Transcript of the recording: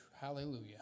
Hallelujah